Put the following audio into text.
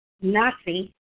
Nazi